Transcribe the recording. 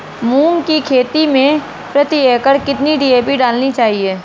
मूंग की खेती में प्रति एकड़ कितनी डी.ए.पी डालनी चाहिए?